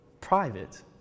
private